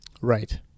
Right